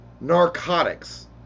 Narcotics